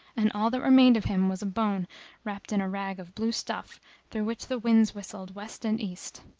and all that remained of him was a bone wrapped in a rag of blue stuff through which the winds whistled west and east.